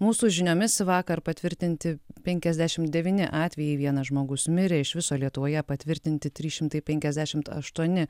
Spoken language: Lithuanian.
mūsų žiniomis vakar patvirtinti penkiasdešimt devyni atvejai vienas žmogus mirė iš viso lietuvoje patvirtinti trys šimtai penkiasdešimt aštuoni